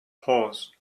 pause